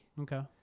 okay